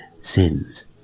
sins